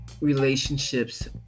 relationships